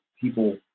People